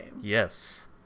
Yes